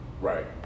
Right